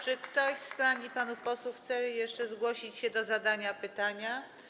Czy ktoś z pań i panów posłów chce jeszcze zgłosić się do zadania pytania?